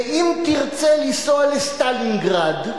אם תרצה לנסוע לסטלינגרד,